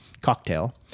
cocktail